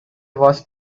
was